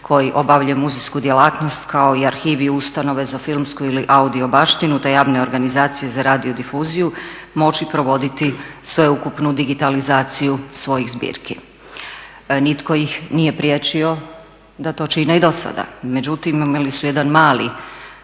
koje obavljaju muzejsku djelatnost kao i arhivi ustanove za filmsku ili audio baštinu te javne organizacije za radio difuziju moći provoditi sveukupnu digitalizaciju svojih zbirki. Nitko ih nije priječio da to čine i do sada, međutim imali su jedan mali